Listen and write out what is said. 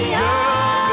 girl